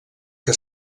que